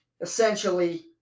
essentially